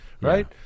right